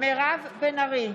מירב בן ארי,